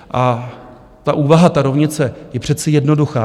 A ta úvaha, ta rovnice, je přece jednoduchá.